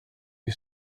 you